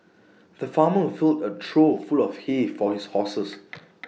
the farmer filled A trough full of hay for his horses